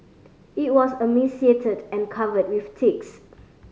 it was emaciated and covered with ticks